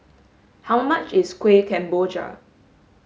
how much is Kueh Kemboja